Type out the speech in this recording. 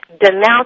Denounce